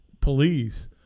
police